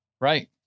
right